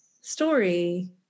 story